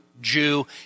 Jew